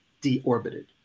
deorbited